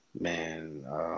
Man